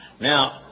Now